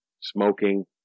smoking